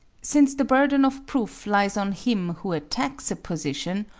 since the burden of proof lies on him who attacks a position,